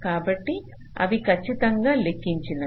కాబట్టి ఇవి ఖచ్చితంగా లెక్కించినవి